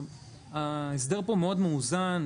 ההסדר כאן מאוד מאוזן,